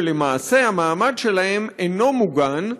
שלמעשה המעמד שלהם אינו מוגן,